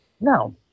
No